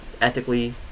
ethically